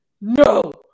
no